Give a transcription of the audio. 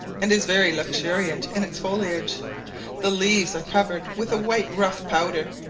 and is very luxuriant in its foliage the leaves are covered with a white rough powder.